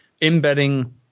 embedding